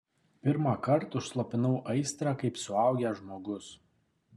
pirmąkart užslopinau aistrą kaip suaugęs žmogus